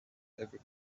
every